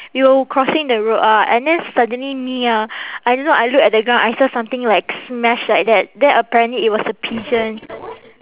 we were crossing the road ah and then suddenly me ah I don't know I look at the ground I saw something like smashed like that then apparently it was a pigeon